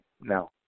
no